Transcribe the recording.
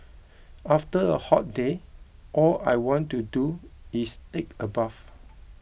after a hot day all I want to do is take a bath